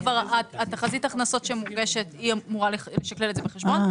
ותחזית ההכנסות שמוגשת כבר אמורה לשקלל את זה בחשבון,